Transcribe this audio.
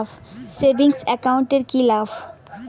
Savings account এর কি লাভ?